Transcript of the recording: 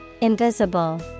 Invisible